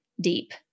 deep